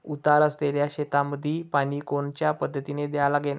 उतार असलेल्या शेतामंदी पानी कोनच्या पद्धतीने द्या लागन?